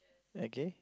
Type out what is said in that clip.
okay